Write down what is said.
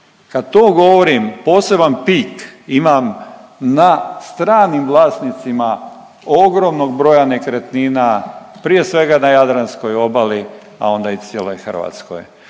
Kad to govorim poseban pik imam na stranim vlasnicima ogromnog broja nekretnina prije svega na Jadranskoj obali, a onda i cijeloj Hrvatskoj.